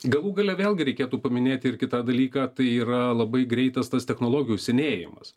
galų gale vėlgi reikėtų paminėti ir kitą dalyką tai yra labai greitas tas technologijų senėjimas